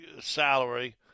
salary